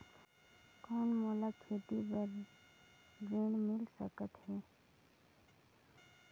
कौन मोला खेती बर ऋण मिल सकत है?